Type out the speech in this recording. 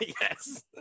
Yes